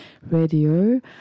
Radio